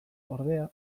ordea